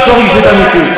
מתוך רגישות אמיתית.